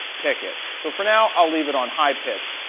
pick it. so, for now i'll leave it on high pitch.